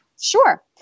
Sure